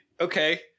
okay